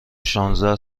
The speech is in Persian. شانزده